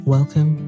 Welcome